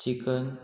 chicken